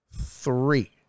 three